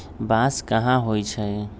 बांस कहाँ होई छई